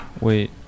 Wait